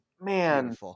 man